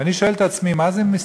ואני שואל את עצמי, מה זה מסתננים?